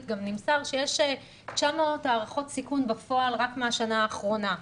גם נמסר שיש 900 הערכות סיכון בפועל רק מהשנה האחרונה.